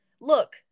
look